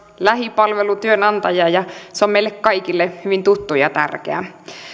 lähipalvelu työnantaja ja se on meille kaikille hyvin tuttu ja tärkeä